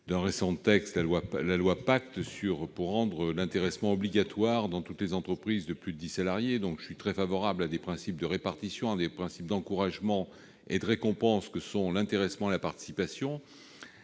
d'un texte récent, la loi Pacte, pour rendre l'intéressement obligatoire dans toutes les entreprises de plus de dix salariés. Je suis donc très favorable aux principes de répartition, d'encouragement et de récompense qui sous-tendent l'intéressement et la participation.